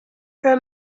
her